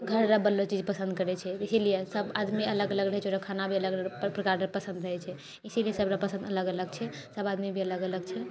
घरर बनलो चीज पसन्द करैत छै इसीलिए सभ आदमी अलग अलग रहैत छै ओकरा खाना भी अलग प्रकारर पसन्द रहैत छै इसीलिए सभर पसन्द अलग अलग छै सभ आदमी भी अलग अलग छै